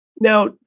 now